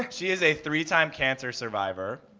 she is a three-time cancer survivor.